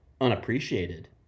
unappreciated